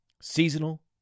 seasonal